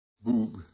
Boob